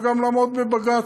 וגם לעמוד בבג"ץ,